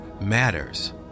matters